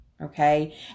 okay